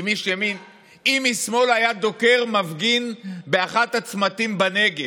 אם איש שמאל היה דוקר מפגין באחד הצמתים בנגב,